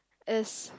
is